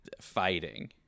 Fighting